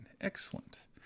Excellent